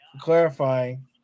Clarifying